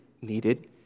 needed